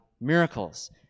miracles